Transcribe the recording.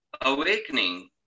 awakening